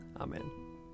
Amen